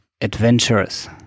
adventurous